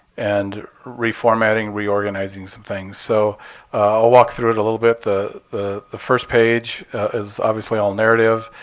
and reformatting, reorganizing some things. so i'll walk through it a little bit. the ah the first page is obviously all narrative.